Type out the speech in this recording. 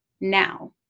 now